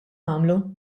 nagħmlu